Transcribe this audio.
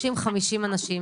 30 או 50 אנשים.